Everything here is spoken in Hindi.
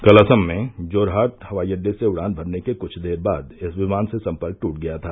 कल असम में जोरहाट हवाई अड्डे से उड़ान भरने के कुछ देर बाद इस विमान से सम्पर्क टूट गया था